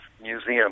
museum